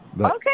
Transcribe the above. Okay